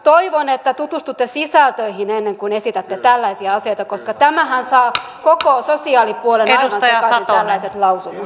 toivon että tutustutte sisältöihin ennen kuin esitätte tällaisia asioita koska tällaiset lausunnothan saavat koko sosiaalipuolen aivan sekaisin